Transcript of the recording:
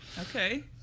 Okay